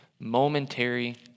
momentary